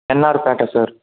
NR Peta sir